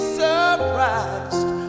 surprised